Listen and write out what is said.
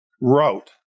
wrote